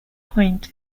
point